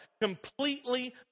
completely